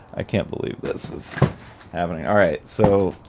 i can't believe this is happening. all right, so.